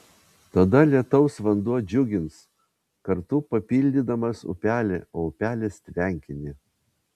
tada lietaus vanduo džiugins kartu papildydamas upelį o upelis tvenkinį